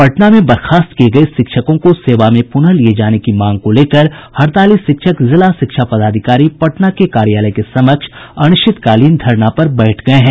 पटना में बर्खास्त किये गये शिक्षकों को सेवा में पूनः लिये जाने की मांग को लेकर हड़ताली शिक्षक जिला शिक्षा पदाधिकारी पटना के कार्यालय के समक्ष अनिश्चितकालीन धरना पर बैठ गये हैं